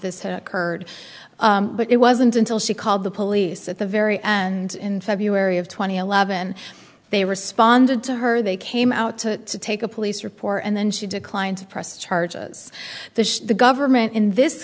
this had occurred but it wasn't until she called the police at the very end in february of two thousand and eleven they responded to her they came out to take a police report and then she declined to press charges that the government in this